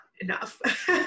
enough